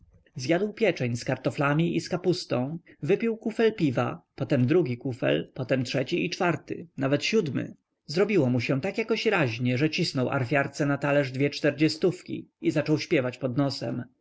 zjadł pieczeń z kartoflami i z kapustą wypił kufel piwa potem drugi kufel potem trzeci i czwarty nawet siódmy zrobiło mu się tak jakoś raźnie że cisnął arfiarce na talerz dwie czterdziestówki i zaczął śpiewać pod nosem